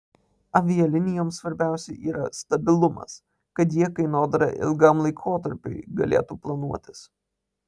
avialinijoms svarbiausia yra stabilumas kad jie kainodarą ilgam laikotarpiui galėtų planuotis